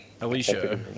Alicia